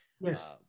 Yes